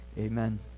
Amen